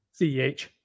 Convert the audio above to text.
CEH